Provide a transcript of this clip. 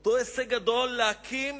אותו הישג גדול, להקים